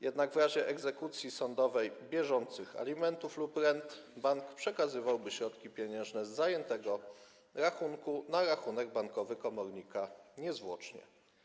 Jednak w razie egzekucji sądowej bieżących alimentów lub rent bank przekazywałby środki pieniężne z zajętego rachunku na rachunek bankowy komornika niezwłocznie.